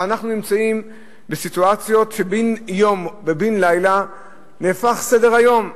אבל אנחנו נמצאים בסיטואציות שבן-יום ובן-לילה נהפך סדר-היום.